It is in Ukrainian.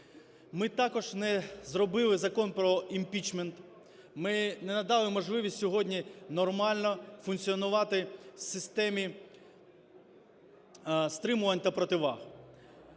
Ми також не зробили Закон про імпічмент, ми не надали можливість сьогодні нормально функціонувати системі стримувань та противаг.